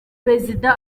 perezida